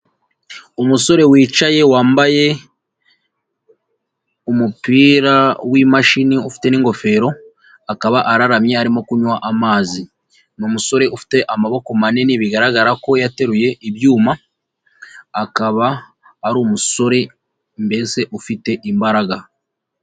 Umusore wicaye, wambaye umupira w'imashini ufite n'ingofero, akaba araramye arimo kunywa amazi. Ni umusore ufite amaboko manini bigaragara ko yateruye ibyuma, akaba ari umusore mbese ufite imbaraga.